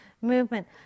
movement